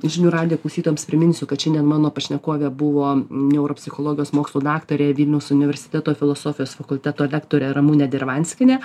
žinių radijo klausytojams priminsiu kad šiandien mano pašnekovė buvo neuropsichologijos mokslų daktarė vilniaus universiteto filosofijos fakulteto lektorė ramunė dirvanskienė